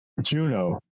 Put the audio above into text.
Juno